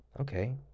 Okay